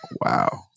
Wow